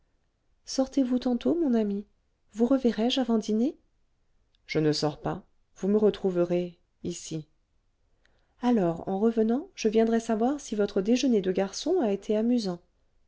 sortez-vous tantôt mon ami vous reverrai-je avant dîner je ne sors pas vous me retrouverez ici alors en revenant je viendrai savoir si votre déjeuner de garçon a été amusant